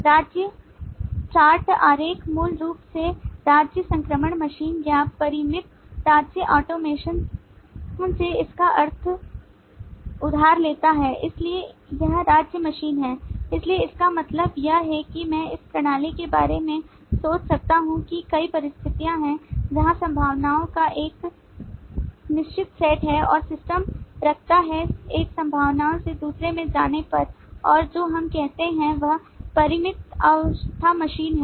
राज्य चार्ट आरेख मूल रूप से राज्य संक्रमण मशीन या परिमित राज्य ऑटोमेटोन से इसका अर्थ उधार लेता है इसलिए यह राज्य मशीन है इसलिए इसका मतलब है कि मैं इस प्रणाली के बारे में सोच सकता हूं कि कई परिस्थितियां हैं जहां संभावनाओं का एक निश्चित सेट है और सिस्टम रखता है एक संभावना से दूसरे में जाने पर और जो हम कहते हैं वह परिमित अवस्था मशीन है